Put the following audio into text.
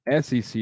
SEC